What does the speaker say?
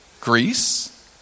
Greece